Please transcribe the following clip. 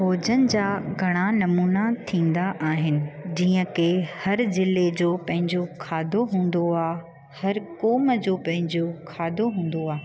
भोजन जा घणा नमूना थींदा आहिनि जीअं की हर ज़िले जो पंहिंजो खाधो हूंदो आहे हर क़ौम जो पंहिंजो खाधो हूंदो आहे